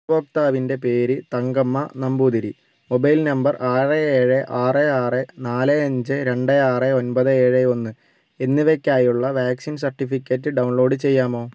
ഗുണഭോക്താവിൻ്റെ പേര് Thankamma Namboothiri mobile number ആറ് ഏഴ് ആറ് ആറ് നാല് അഞ്ച് രണ്ട് ആറ് ഒമ്പത് ഏഴ് ഒന്ന് എന്നിവയ്ക്കായുള്ള വാക്സിൻ സർട്ടിഫിക്കറ്റ് ഡൗൺലോഡ് ചെയ്യാമോ